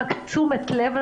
רק תשומת לב,